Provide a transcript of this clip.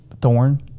Thorn